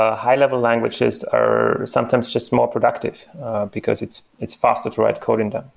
ah high-level languages are sometimes just more productive because it's it's faster to write code in them.